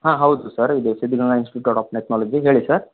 ಹಾಂ ಹೌದು ಸರ್ ಇದು ಸಿದ್ದಗಂಗಾ ಇನ್ಸ್ಟಿಟ್ಯೂಟ್ ಆಫ್ ಟೆಕ್ನಾಲಜಿ ಹೇಳಿ ಸರ್